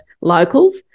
locals